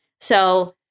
So-